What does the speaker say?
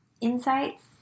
insights